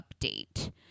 update